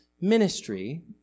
ministry